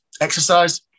exercise